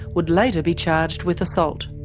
would later be charged with assault.